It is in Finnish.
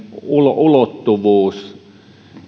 ulottuvuus